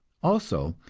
also,